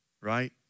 right